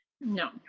no